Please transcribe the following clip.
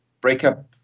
breakup